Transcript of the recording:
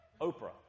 Oprah